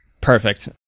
Perfect